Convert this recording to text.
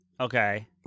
Okay